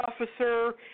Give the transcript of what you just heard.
officer